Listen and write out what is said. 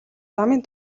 замын